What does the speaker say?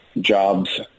jobs